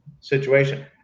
situation